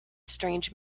strange